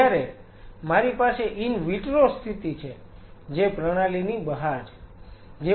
જયારે મારી પાસે ઈન વિટ્રો સ્થિતિ છે જે પ્રણાલીની બહાર છે